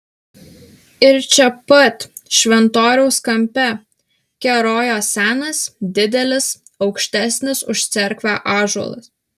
ir čia pat šventoriaus kampe kerojo senas didelis aukštesnis už cerkvę ąžuolas